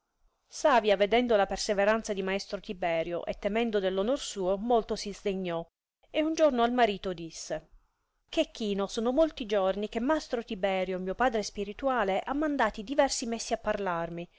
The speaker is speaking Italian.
savia vedendo la perseveranzia di maestro tiberio e temendo dell onor suo molto si sdegnò e un giorno al marito disse chechino sono molti giorni che mastro tiberio mio padre spirituale ha mandati diversi messi a parlarmi